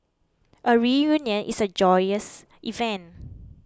a reunion is a joyous event